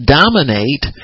dominate